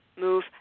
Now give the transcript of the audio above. move